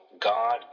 God